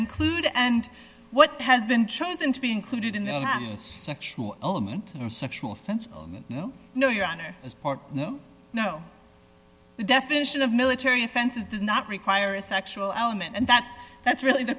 include and what has been chosen to be included in the sexual element of sexual offense no no your honor is part no no the definition of military offenses does not require a sexual element and that that's really the